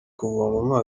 kuvoma